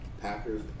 Packers